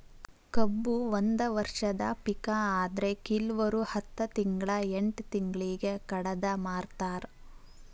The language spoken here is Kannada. ಕಬ್ಬು ಒಂದ ವರ್ಷದ ಪಿಕ ಆದ್ರೆ ಕಿಲ್ವರು ಹತ್ತ ತಿಂಗ್ಳಾ ಎಂಟ್ ತಿಂಗ್ಳಿಗೆ ಕಡದ ಮಾರ್ತಾರ್